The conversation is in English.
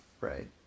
right